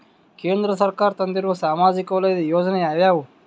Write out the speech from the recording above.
ಕೇಂದ್ರ ಸರ್ಕಾರ ತಂದಿರುವ ಸಾಮಾಜಿಕ ವಲಯದ ಯೋಜನೆ ಯಾವ್ಯಾವು?